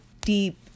deep